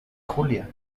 julia